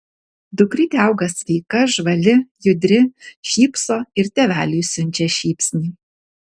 dukrytė auga sveika žvali judri šypso ir tėveliui siunčia šypsnį